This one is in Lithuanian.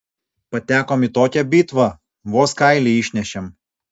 patekom į tokią bitvą vos kailį išnešėm